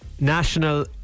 national